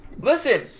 Listen